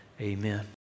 Amen